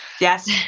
Yes